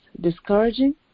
discouraging